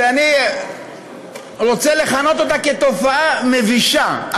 שאני רוצה לכנות אותה תופעה מבישה,